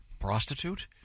prostitute